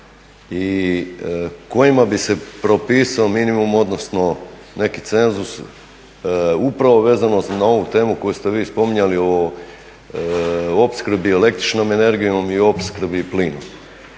i kojima bi se propisao minimum, odnosno neki cenzus upravo vezano na ovu temu koju ste vi spominjali o opskrbi električnom energijom i opskrbi plinom.